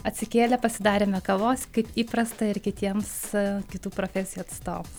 atsikėlę pasidarėme kavos kaip įprasta ir kitiems kitų profesijų atstovams